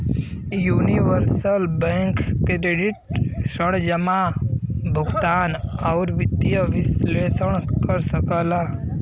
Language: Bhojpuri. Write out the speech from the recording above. यूनिवर्सल बैंक क्रेडिट ऋण जमा, भुगतान, आउर वित्तीय विश्लेषण कर सकला